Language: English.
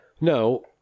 No